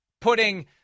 putting